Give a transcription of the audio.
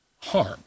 harm